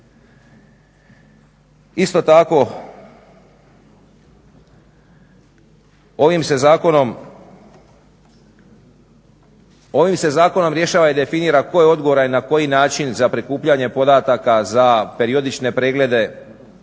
Isto tako ovim se zakonom rješava i definira tko je odgovoran i na koji način za prikupljanje podataka za periodične preglede,